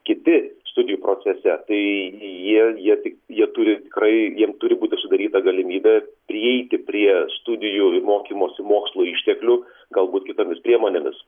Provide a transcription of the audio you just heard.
kiti studijų procese tai jie jie turi tikrai jiem turi būti sudaryta galimybė prieiti prie studijų ir mokymosi mokslo išteklių galbūt kitomis priemonėmis